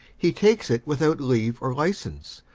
he takes it without leave or license,